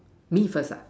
me first ah